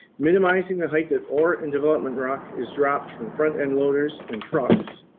minimizing the height that ore and development rock is dropped from front end loaders and trucks,